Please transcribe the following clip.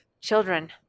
children